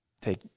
take